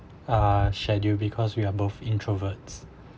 uh schedule because we are both introverts